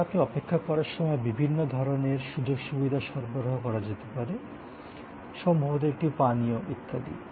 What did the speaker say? তবে আপনি অপেক্ষা করার সময় বিভিন্ন ধরণের সুযোগসুবিধা সরবরাহ করা যেতে পারে সম্ভবত একটি পানীয় ইত্যাদি